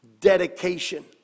dedication